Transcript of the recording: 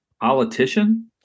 politician